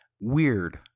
weird